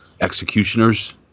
executioners